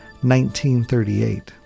1938